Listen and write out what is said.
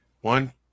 one